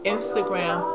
Instagram